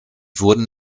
wurden